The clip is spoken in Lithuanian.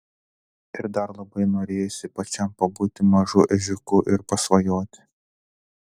ir dar labai norėjosi pačiam pabūti mažu ežiuku ir pasvajoti